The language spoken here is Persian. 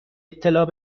اطلاع